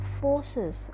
forces